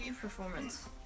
performance